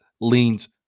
leans